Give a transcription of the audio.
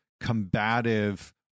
combative